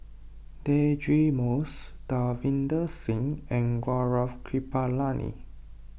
Deirdre Moss Davinder Singh and Gaurav Kripalani